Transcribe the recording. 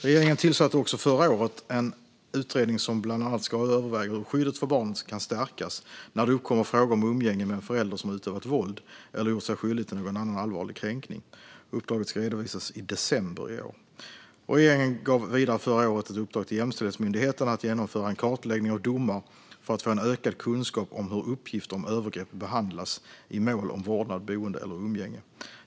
Regeringen tillsatte också förra året en utredning som bland annat ska överväga hur skyddet för barnet kan stärkas när det uppkommer frågor om umgänge med en förälder som har utövat våld eller gjort sig skyldig till någon annan allvarlig kränkning. Uppdraget ska redovisas i december i år. Regeringen gav vidare förra året ett uppdrag till Jämställdhetsmyndigheten att genomföra en kartläggning av domar för att få en ökad kunskap om hur uppgifter om övergrepp behandlas i mål om vårdnad, boende eller umgänge.